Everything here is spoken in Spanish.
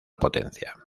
potencia